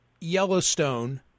Yellowstone